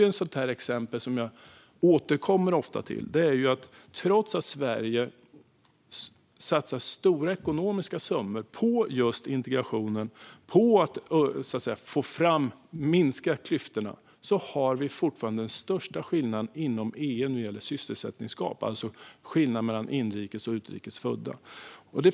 Ett exempel som jag ofta återkommer till är att vi, trots att Sverige satsar stora ekonomiska summor på just integrationen och på att minska klyftorna, fortfarande har den största skillnaden inom EU i form av sysselsättningsgap mellan inrikes och utrikes födda.